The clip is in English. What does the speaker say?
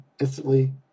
instantly